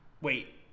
Wait